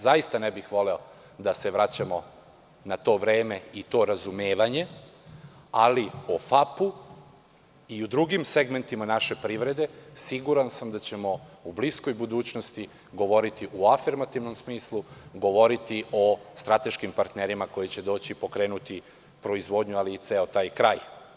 Zaista ne bih voleo da se vraćamo na to vreme i to razumevanje, ali o FAP i o drugim segmentima naše privrede siguran sam da ćemo u bliskoj budućnosti govoriti u afirmativnom smislu, govoriti o strateškim partnerima koji će doći i pokrenuti proizvodnju, ali i ceo taj kraj.